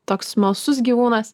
toks smalsus gyvūnas